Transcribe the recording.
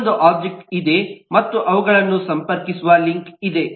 ಮತ್ತೊಂದು ಒಬ್ಜೆಕ್ಟ್ ಇದೆ ಮತ್ತು ಅವುಗಳನ್ನು ಸಂಪರ್ಕಿಸುವ ಲಿಂಕ್ ಇದೆ